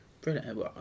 Brilliant